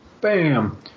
bam